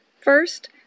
First